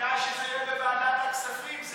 כדאי שזה יהיה בוועדת הכספים.